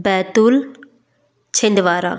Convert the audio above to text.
Betul Chhindwara